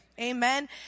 Amen